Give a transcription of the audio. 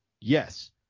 Yes